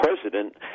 president